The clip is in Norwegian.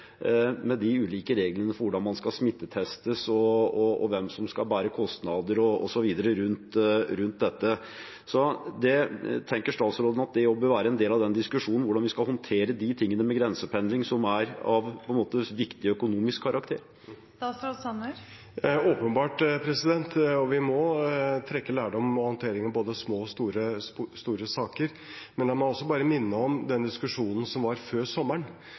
med de ulike reglene for hvordan man skal smittetestes, hvem som skal bære kostnader knyttet til dette, osv. Tenker statsråden at det også bør være en del av den diskusjonen – hvordan vi skal håndtere disse sidene ved grensependlingen som er av viktig økonomisk karakter? Åpenbart – vi må trekke lærdom av håndteringen når det gjelder både små og store saker. Men la meg minne om den diskusjonen som var før sommeren,